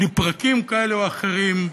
לפרקים כאלה או אחרים.